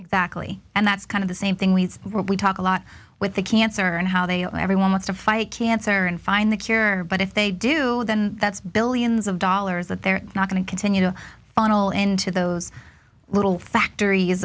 exactly and that's kind of the same thing we talk a lot with the cancer and how they and everyone wants to fight cancer and find the cure but if they do then that's billions of dollars that they're not going to continue to funnel into those little factor